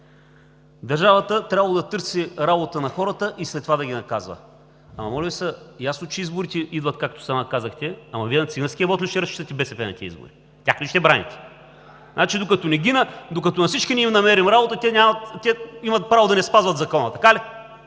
Държавата трябвало да търси работа на хората и след това да ги наказва. Ама моля Ви се, ясно е, че изборите идват, както сама казахте, ама Вие – БСП, на циганския вот ли ще разчитате на тези избори, тях ли ще браните? Значи, докато на всички не им намерим работа, те имат право да не спазват закона